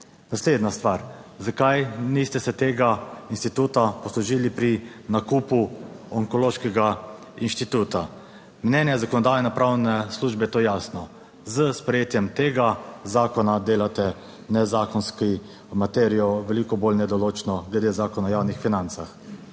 Naslednja stvar. Zakaj niste se tega instituta poslužili pri nakupu Onkološkega inštituta? Mnenje Zakonodajno-pravne službe je to jasno, s sprejetjem tega zakona delate nezakonsko materijo veliko bolj nedoločno glede Zakona o javnih financah.